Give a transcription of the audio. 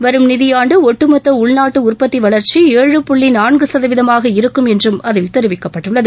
வரும் நிதியாண்டு ஒட்டுமொத்த உள்நாட்டு உற்பத்தி வளர்ச்சி ஏழு புள்ளி நான்கு சதவீதமாக இருக்கும் என்றும் அதில் தெரிவிக்கப்பட்டுள்ளது